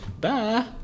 Bye